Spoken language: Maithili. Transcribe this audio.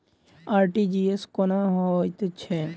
आर.टी.जी.एस कोना होइत छै?